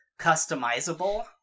customizable